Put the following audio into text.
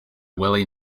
willie